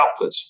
outputs